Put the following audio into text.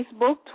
Facebook